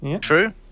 True